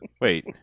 wait